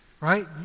right